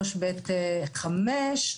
3(ב)(5)